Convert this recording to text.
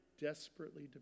desperately